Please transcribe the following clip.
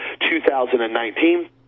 2019